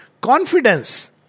Confidence